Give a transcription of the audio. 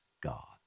God